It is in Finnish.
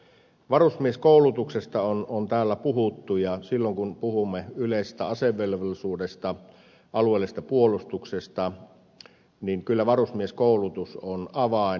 varusmieskoulutuksesta on täällä puhuttu ja silloin kun puhumme yleisestä asevelvollisuudesta alueellisesta puolustuksesta niin kyllä varusmieskoulutus on avain